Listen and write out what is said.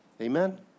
amen